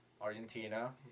Argentina